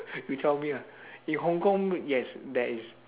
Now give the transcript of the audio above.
you tell me ah in hong kong yes there is